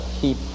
keep